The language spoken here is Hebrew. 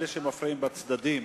לאלה שמפריעים בצדדים.